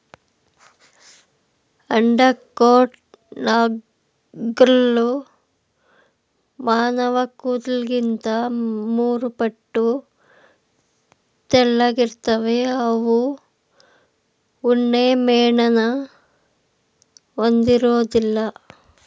undercoat ನಾರ್ಗಳು ಮಾನವಕೂದ್ಲಿಗಿಂತ ಮೂರುಪಟ್ಟು ತೆಳ್ಳಗಿರ್ತವೆ ಅವು ಉಣ್ಣೆಮೇಣನ ಹೊಂದಿರೋದಿಲ್ಲ